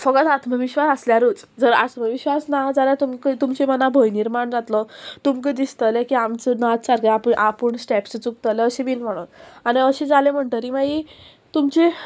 फकत आत्मविश्वास आसल्यारूच जर आत्मविश्वास ना जाल्यार तुमकां तुमचे मना भयनीमाण जातलो तुमकां दिसतले की आमचो नाच सारके आपूण आपूण स्टेप्स चुकतले अशें बीन म्हणून आनी अशें जालें म्हणटगीर मागी तुमचें